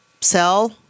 sell